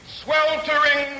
sweltering